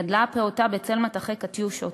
גדלה הפעוטה בצל מטחי "קטיושות",